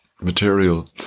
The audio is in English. Material